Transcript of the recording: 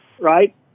right